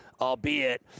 albeit